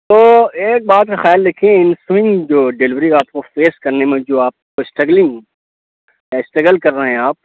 تو ایک بات کا خیال رکھیے ان سونگ جو ڈیلیوری آپ کو فیس کرنے میں جو آپ کو اسٹگلنگ اسٹگل کر رہے ہیں آپ